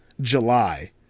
July